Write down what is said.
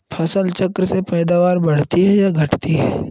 फसल चक्र से पैदावारी बढ़ती है या घटती है?